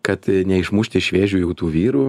kad neišmušti iš vėžių jau tų vyrų